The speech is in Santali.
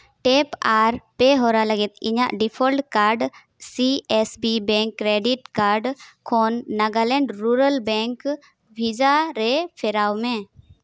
ᱴᱮᱯ ᱟᱨ ᱯᱮ ᱦᱚᱨᱟ ᱞᱟᱹᱜᱤᱫ ᱤᱧᱟᱹᱜ ᱰᱤᱯᱷᱚᱞᱴ card C S B bank credit card ᱠᱷᱚᱱ ᱱᱟᱜᱟᱞᱮᱱᱰ ᱨᱩᱨᱟᱞ ᱵᱮᱝᱠ ᱵᱷᱮᱡᱟ ᱨᱮ ᱯᱷᱮᱨᱟᱣ ᱢᱮ